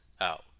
out